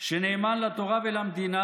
שנאמן לתורה ולמדינה,